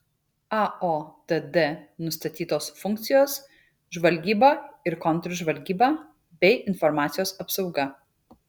aotd nustatytos funkcijos žvalgyba ir kontržvalgyba bei informacijos apsauga